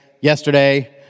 yesterday